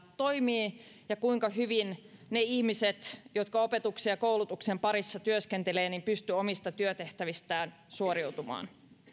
toimii ja kuinka hyvin ne ihmiset jotka opetuksen ja koulutuksen parissa työskentelevät pystyvät omista työtehtävistään suoriutumaan